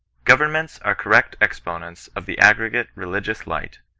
governments are correct exponents of the aggregate religious light,